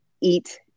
eat